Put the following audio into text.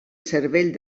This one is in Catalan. cervell